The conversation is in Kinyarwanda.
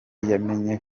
yamenye